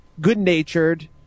good-natured